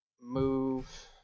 move